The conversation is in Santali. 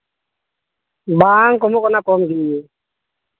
ᱵᱟᱝ ᱠᱚᱢᱚᱜ ᱠᱟᱱᱟ ᱠᱚᱢᱜᱮ